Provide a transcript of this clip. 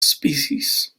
species